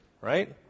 right